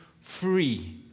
free